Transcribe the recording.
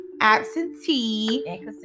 absentee